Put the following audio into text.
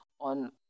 on